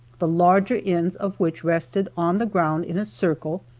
the larger ends of which rested on the ground in a circle,